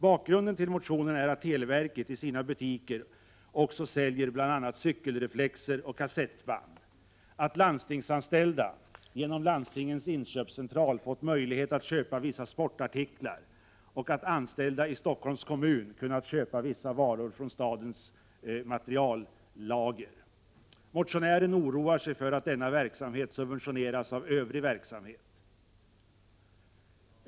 Bakgrund till motionen är att televerket i sina butiker också säljer bl.a. cykelreflexer och kassettband, att landstingsanställda genom Landstingens Inköpscentral fått möjlighet att köpa vissa sportartiklar och att anställda i Stockholms kommun kunnat köpa vissa varor från stadens materiallager. Motionärerna oroar sig för att denna verksamhet subventioneras av övrig verksamhet.